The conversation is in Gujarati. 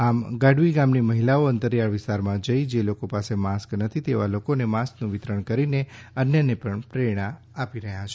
આમ ગાઢવી ગામની મહિલાઓ અંતરિયાળ વિસ્તારમાં જઈ જે લોકો પાસે માસ્ક નથી તેવા લોકોને માસ્કનું વિતરણ કરી અન્યને પણ પ્રેરણા આપે છે